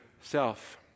self